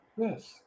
yes